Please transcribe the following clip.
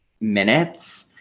minutes